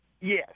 Yes